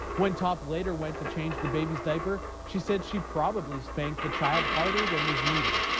when topp later went to change the baby's diaper. she said she probably spanked the child harder than was needed.